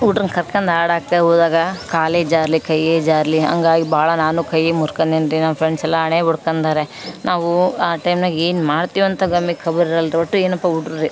ಹುಡ್ರುನ್ನ ಕರ್ಕಂಡ್ ಆಡೋಕೆ ಹೋದಾಗ ಕಾಲೇ ಜಾರಲಿ ಕೈಯೆ ಜಾರಲಿ ಹಂಗಾಗ್ ಭಾಳ ನಾನು ಕೈ ಮುರ್ಕಂಡಿನ್ರಿ ನಾವು ಫ್ರೆಂಡ್ಸ್ ಎಲ್ಲ ಹಣೆಗೆ ಹೊಡ್ಕಂಡರೆ ನಾವು ಆ ಟೈಮ್ನ್ಯಾಗ ಏನು ಮಾಡ್ತಿವಂತ ನಮಿಗ್ ಖಬರ್ ಇರವಲ್ದು ಒಟ್ಟು ಏನೋಪ್ಪ ಹುಡ್ರು